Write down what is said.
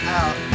out